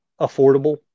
affordable